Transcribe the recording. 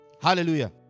Hallelujah